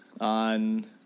on